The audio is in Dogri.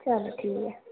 चलो ठीक ऐ